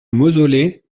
mausolée